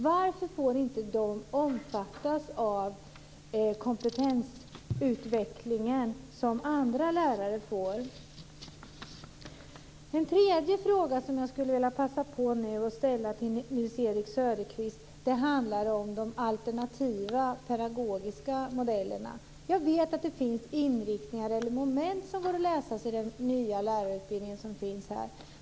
Varför får inte de omfattas av kompetensutvecklingen som andra lärare? En tredje fråga som jag nu skulle vilja passa på att ställa till Nils-Erik Söderqvist handlar om de alternativa pedagogiska modellerna. Jag vet att det finns inriktningar eller moment som behöver läsas i den nya lärarutbildning som finns här.